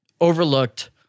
overlooked